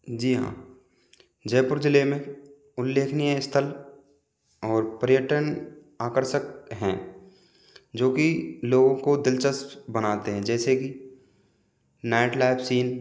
जी हाँ जयपुर ज़िले में उल्लेखनीय स्थल और पर्यटन आकर्षक हैं जो कि लोगों को दिलचस्प बनाते हैं जैसे कि नाइट लाइफ सीन